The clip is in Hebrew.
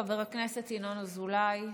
חבר הכנסת ינון אזולאי,